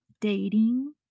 dating